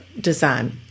design